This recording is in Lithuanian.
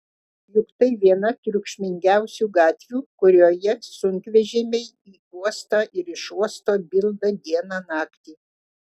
juk tai viena triukšmingiausių gatvių kurioje sunkvežimiai į uostą ir iš uosto bilda dieną naktį